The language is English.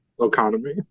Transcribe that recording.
Economy